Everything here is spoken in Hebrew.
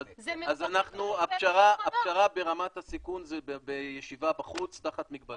אז הפשרה ברמת הסיכון זה בישיבה בחוץ תחת מגבלות.